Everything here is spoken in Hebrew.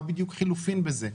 מה בדיוק חילופין בזה?